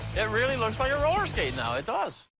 it really looks like a roller skate now it does.